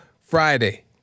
Friday